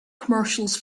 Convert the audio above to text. commercials